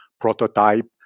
prototype